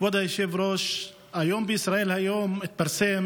כבוד היושב-ראש, היום ב"ישראל היום" התפרסם